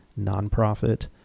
nonprofit